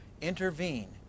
intervene